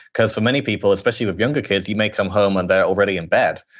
because for many people, especially with younger kids, you make them home and they're already in bed.